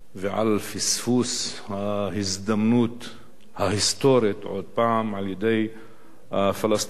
פספוס ההזדמנות ההיסטורית עוד פעם על-ידי הפלסטינים,